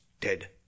dead